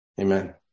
Amen